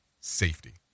safety